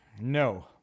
No